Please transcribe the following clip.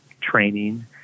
training